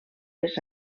les